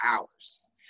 hours